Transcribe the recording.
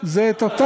ולא שמעת